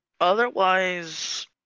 Otherwise